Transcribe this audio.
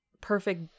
perfect